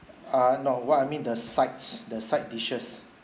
uh no what I mean the sides the side dishes